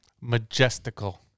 Majestical